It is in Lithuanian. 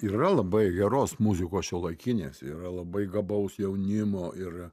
yra labai geros muzikos šiuolaikinės yra labai gabaus jaunimo ir